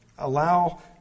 Allow